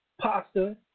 pasta